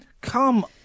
Come